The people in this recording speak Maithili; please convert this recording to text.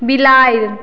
बिलाड़ि